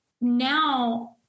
now